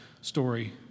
story